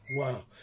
Wow